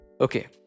okay